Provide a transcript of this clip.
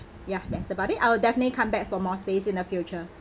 ya that's about it I will definitely come back for more stays in the future